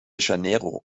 janeiro